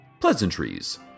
pleasantries